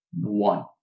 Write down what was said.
One